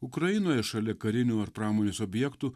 ukrainoje šalia karinių ar pramonės objektų